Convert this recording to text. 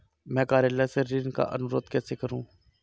मैं कार्यालय से ऋण का अनुरोध कैसे करूँ?